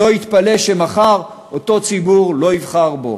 שלא יתפלא שמחר אותו ציבור לא יבחר בו.